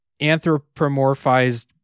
anthropomorphized